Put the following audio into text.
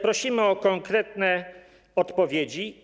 Prosimy o konkretne odpowiedzi.